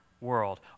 world